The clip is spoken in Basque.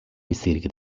bizirik